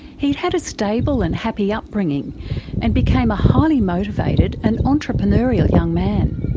he'd had a stable and happy upbringing and became a highly motivated and entrepreneurial young man.